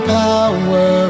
power